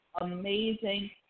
amazing